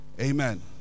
Amen